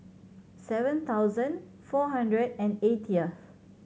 seven thousand four hundred and eightieth